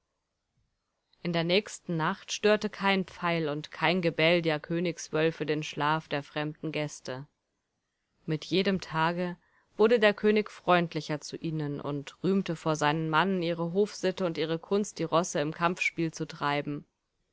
in der nächsten nacht störte kein pfeil und kein gebell der königswölfe den schlaf der fremden gäste mit jedem tage wurde der könig freundlicher zu ihnen und rühmte vor seinen mannen ihre hofsitte und ihre kunst die rosse im kampfspiel zu treiben